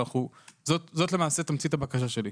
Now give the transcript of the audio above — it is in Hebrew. זו תמצית הבקשה שלי,